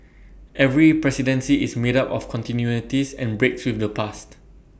every presidency is made up of continuities and breaks with the past